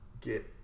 get